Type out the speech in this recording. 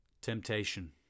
Temptation